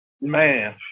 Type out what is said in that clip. man